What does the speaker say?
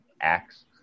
acts